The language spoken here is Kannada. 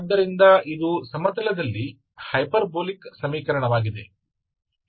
ಆದ್ದರಿಂದ ಇದು ಸಮತಲದಲ್ಲಿ ಹೈಪರ್ಬೋಲಿಕ್ ಸಮೀಕರಣವಾಗಿದೆ